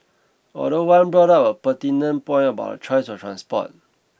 although one brought up a pertinent point about choice of transport